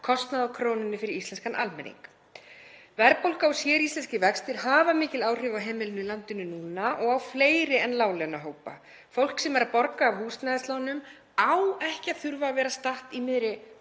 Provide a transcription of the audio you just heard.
kostnað á krónunni fyrir íslenskan almenning. Verðbólga og séríslenskir vextir hafa mikil áhrif á heimilin í landinu núna og á fleiri en láglaunahópa. Fólk sem er að borga af húsnæðislánum á ekki að þurfa að vera statt í miðri